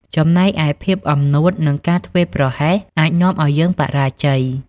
ចំណែកឯភាពអំនួតនិងការធ្វេសប្រហែស អាចនាំឱ្យយើងបរាជ័យ។